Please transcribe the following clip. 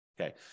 Okay